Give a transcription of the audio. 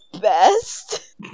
best